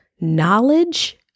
knowledge